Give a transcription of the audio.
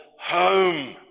home